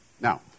Now